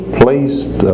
placed